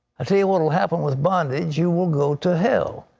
i'll tell you what will happen with bondage. you will go to hell.